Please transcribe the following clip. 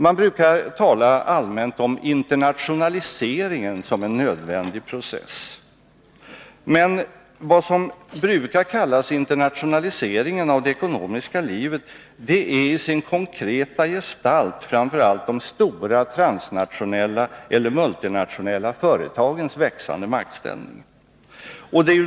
Man brukar allmänt tala om internationaliseringen såsom en nödvändig process. Men vad som brukar kallas internationalisering av det ekonomiska livet är i sin konkreta gestalt framför allt de stora transnationella eller multinationella företagens växande maktställning.